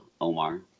Omar